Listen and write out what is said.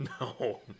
No